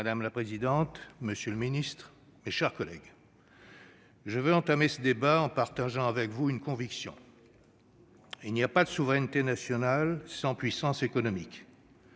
Madame la présidente, monsieur le ministre, mes chers collègues, je veux entamer ce débat en partageant avec vous une conviction : il n'y a pas de souveraineté nationale sans puissance économique.